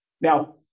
Now